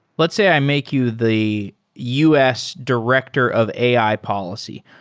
let's say i make you the us director of ai policy.